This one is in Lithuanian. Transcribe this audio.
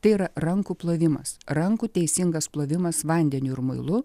tai yra rankų plovimas rankų teisingas plovimas vandeniu ir muilu